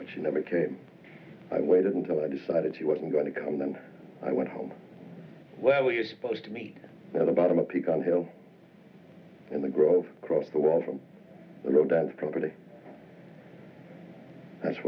cos she never came i waited until i decided she wasn't going to come then i went home well you're supposed to meet the bottom of pecan hill in the grove across the wall from the road on the property that's